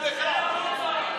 יא מחבלים אחד-אחד.